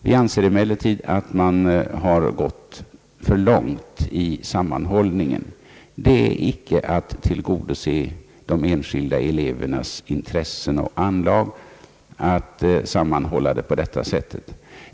Vi anser emellertid att man har gått för långt i sammanhållningen. Det är icke att tillgodose de enskilda elevernas intressen och anlag att sammanhålla på detta sätt.